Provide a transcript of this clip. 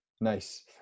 Nice